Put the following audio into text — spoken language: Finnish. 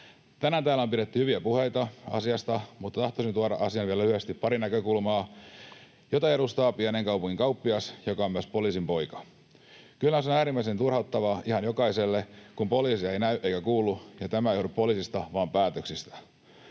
Tänään täällä on pidetty hyviä puheita asiasta, mutta tahtoisin tuoda asiaan vielä lyhyesti pari näkökulmaa, joita edustaa pienen kaupungin kauppias, joka on myös poliisin poika. Kyllä se on äärimmäisen turhauttavaa ihan jokaiselle, kun poliisia ei näy eikä kuulu, ja tämä ei johdu poliisista vaan päätöksistä.